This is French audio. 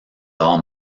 arts